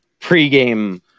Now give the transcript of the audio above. pregame